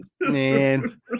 Man